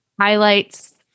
highlights